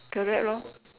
correct lor